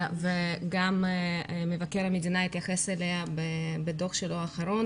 וגם מבקר המדינה התייחס אליה בדוח האחרון שלו,